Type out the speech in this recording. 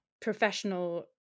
professional